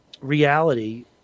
reality